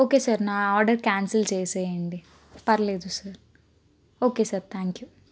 ఒకే sir నా order cancel చేసేయండి పర్లేదు sir okay sir thank you